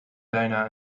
bijna